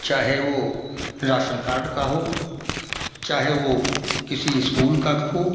चाहे वह ration card का हो चाहे वह किसी स्कूल का हो